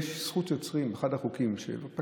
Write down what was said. יש לנו עליהם זכויות יוצרים.